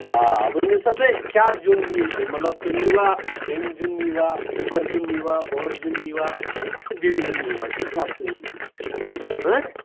آ آ ؤنِو سا تُہۍ کیٛاہ زِیُن نِیِو تُہۍ مطلب تُہۍ نیٖوا ڈوٗنۍ زِیُن نیٖوا کِکر زِیُن نیٖوا بۄہڑٕ زِیُن نیٖوا